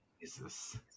Jesus